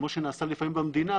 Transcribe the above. כמו שנעשה לפעמים במדינה,